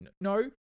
No